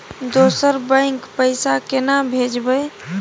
दोसर बैंक पैसा केना भेजबै?